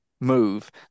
move